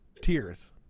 tears